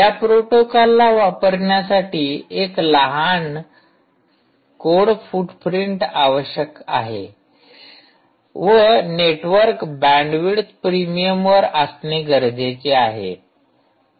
या प्रोटोकॉलला वापरण्यासाठी लहान कोड फुटप्रिंटआवश्यक आहे व नेटवर्क बँडविड्थ प्रीमियमवर असणे गरजेचे आहे